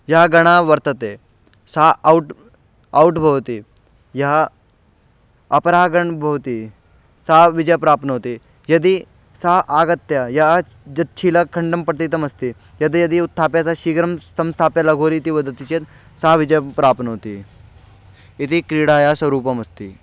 यः गण वर्तते सा औट् औट् भवति यः अपरः गणः भवति सा विजयं प्राप्नोति यदि सा आगत्य या यच्छिलाखण्डं पतितमस्ति यद् यदि उत्थाप्य तत् शीघ्रं संस्थाप्य लगोरि इति वदति चेत् सा विजयं प्राप्नोति इति क्रीडायाः स्वरूपमस्ति